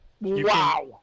wow